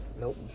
Nope